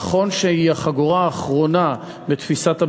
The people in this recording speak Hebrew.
נכון שזו החגורה האחרונה בתפיסת הביטחון,